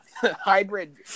Hybrid